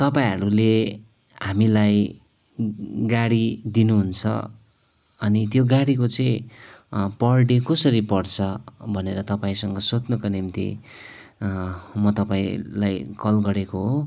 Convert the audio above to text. तपाईँहरूले हामीलाई गाडी दिनुहुन्छ अनि त्यो गाडीको चाहिँ पर डे कसरी पर्छ भनेर तपाईँसँग सोध्नुको निम्ति म तपाईँलाई कल गरेको हो